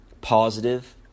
positive